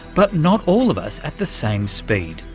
but not all of us at the same speed,